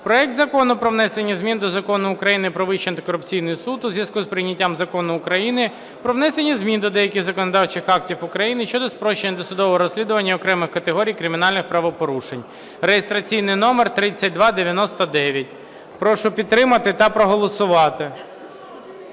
проект Закону про внесення змін до Закону України "Про Вищий антикорупційний суд" у зв'язку з прийняттям Закону України "Про внесення змін до деяких законодавчих актів України щодо спрощення досудового розслідування окремих категорій кримінальних правопорушень" (реєстраційний номер 3299). Прошу підтримати та проголосувати.